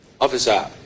Officer